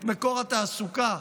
את מקור התעסוקה,